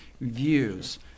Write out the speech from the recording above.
views